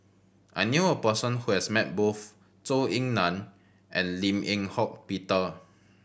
I knew a person who has met both Zhou Ying Nan and Lim Eng Hock Peter